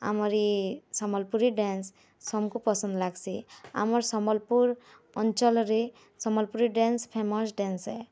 ଆମର୍ ଇ ସମଲପୁରୀ ଡ଼୍ୟାାନ୍ସ୍ ସମଙ୍କୁ ପସନ୍ଦ୍ ଲାଗ୍ସି ଆମର୍ ସମ୍ବଲପୁର୍ ଅଞ୍ଚଲରେ ସମଲ୍ପୁରୀ ଡ଼୍ୟାନ୍ସ୍ ଫେମସ୍ ଡ଼୍ୟାନ୍ସ୍ ହେ